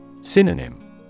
Synonym